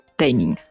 timing